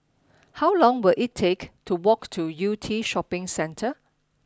how long will it take to walk to Yew Tee Shopping Centre